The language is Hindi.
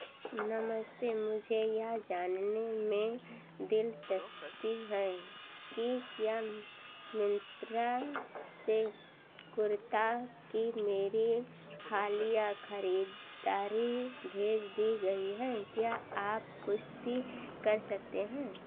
नमस्ते मुझे यह जानने में दिलचस्पी है कि क्या मिंत्रा से कुर्ता की मेरी हालिया खरीदारी भेज दी गई है क्या आप पुष्टि कर सकते हैं